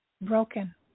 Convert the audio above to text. broken